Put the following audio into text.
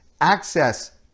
access